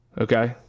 Okay